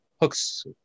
hooks